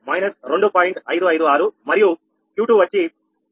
556 మరియు Q2 వచ్చి 𝑄21 minus 1